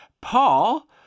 Paul